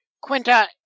Quinta